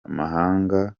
amahanga